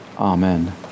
Amen